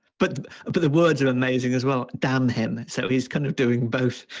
but but the words are amazing as well, damn him. so he's kind of doing both